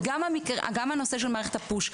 וגם הנושא של מערכת ה-push,